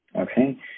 Okay